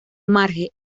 marge